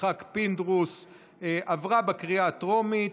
אני קובע כי הצעת החוק של חבר הכנסת יצחק פינדרוס עברה בקריאה הטרומית,